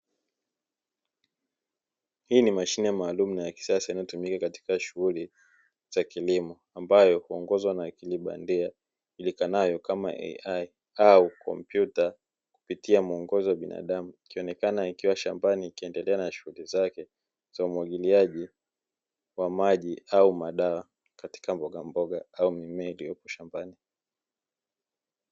Hii ni mashine maalumu na ya kisasa yanayotumika katika shughuli za kilimo ambayo huongozwa na akilibandia ijulikanayo kama 'AI' au kompyuta kupitia mwongozo wa binadamu, ikionekana ikiwa shambani ikiendelea na shughuli zake za umwagiliaji wa maji au madawa katika mboga mboga au mimea iliyopo shambani.